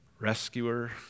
Rescuer